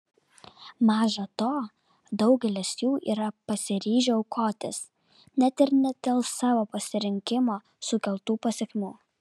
maža to daugelis jų yra pasiryžę aukotis net ir ne dėl savo pasirinkimo sukeltų pasekmių